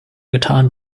getan